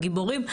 הגיבורים,